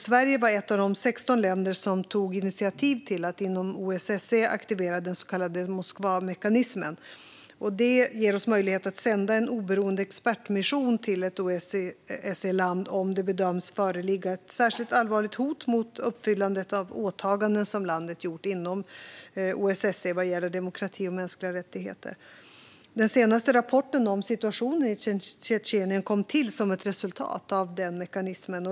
Sverige var ett av de 16 länder som tog initiativ till att inom OSSE aktivera den så kallade Moskvamekanismen. Mekanismen ger oss möjlighet att sända en oberoende expertmission till ett OSSE-land om det bedöms föreligga ett särskilt allvarligt hot mot uppfyllandet av åtaganden som landet har gjort inom OSSE vad gäller demokrati och mänskliga rättigheter. Den senaste rapporten om situationen i Tjetjenien kom till som ett resultat av denna mekanism.